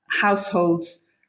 households